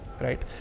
right